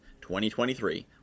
2023